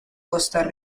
costa